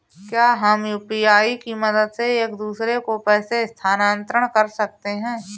क्या हम यू.पी.आई की मदद से एक दूसरे को पैसे स्थानांतरण कर सकते हैं?